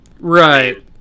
Right